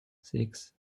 six